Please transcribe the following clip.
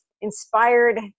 inspired